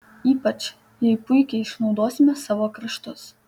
ypač jai puikiai išnaudosime savo kraštus